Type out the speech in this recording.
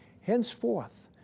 Henceforth